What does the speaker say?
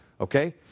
Okay